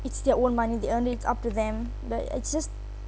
it's their own money they earn it's up to them but I just